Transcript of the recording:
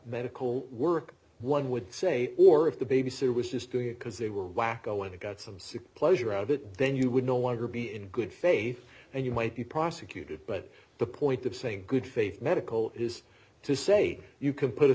medical work one would say or if the babysitter was just doing it because they were wacko and it got some sick pleasure out of it then you would no longer be in good faith and you might be prosecuted but the point of saying good faith medical is to say you can put a